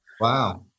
Wow